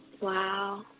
Wow